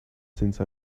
since